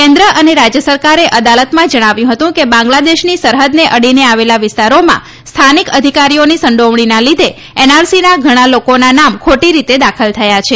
કેન્દ્ર અને રાજ્ય સરકારે અદાલતમાં જણાવ્યું હતું કે બાંગ્લાદેશની સરહદને અડીને આવેલા વિસ્તારોમાં સ્થાનિક અધિકારીઓની સંડીવણીના લીધે એનઆરસીના ઘણા લોકોના નામ ખોટી રીતે દાખલ થયા છે